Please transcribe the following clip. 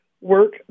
work